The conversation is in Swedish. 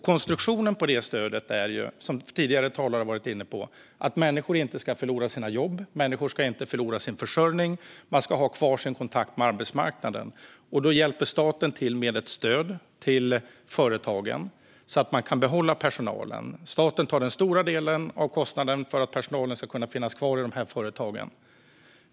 Konstruktionen på detta stöd syftar till, som tidigare talare har varit inne på, att människor inte ska förlora sina jobb. De ska inte förlora sin försörjning, och de ska ha kvar sin kontakt med arbetsmarknaden. Då hjälper staten till med ett stöd till företagen så att de kan behålla personalen. Staten tar den stora delen av kostnaden för att personalen ska kunna finnas kvar i de här företagen.